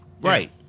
Right